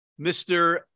Mr